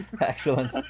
Excellent